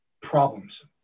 problems